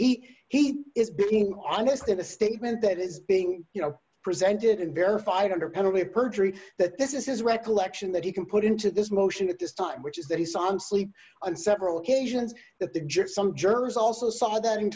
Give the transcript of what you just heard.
he he is being honest in a statement that is being you know presented and verified under penalty of perjury that this is his recollection that he can put into this motion at this time which is that he saw on sleep on several occasions that the judge some jersey also saw that